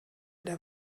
der